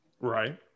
right